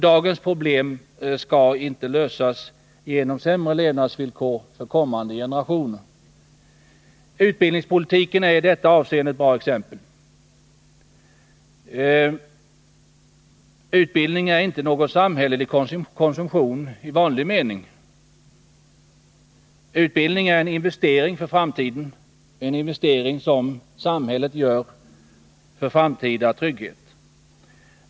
Dagens problem skall inte lösas genom sämre levnadsvillkor för kommande generationer. Utbildningspolitiken är i detta avseende ett bra exempel. Utbildning är inte någon samhällelig konsumtion i vanlig mening. Utbildning är en investering för framtiden, en investering som samhället gör för framtida trygghet.